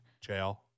Jail